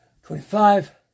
Twenty-five